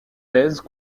thèse